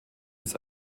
ist